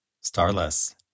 Starless